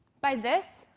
by this,